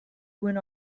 went